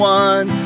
one